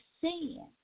sin